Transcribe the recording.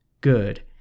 good